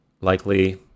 likely